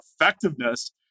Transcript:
effectiveness